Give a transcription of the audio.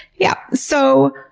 yeah. so,